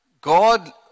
God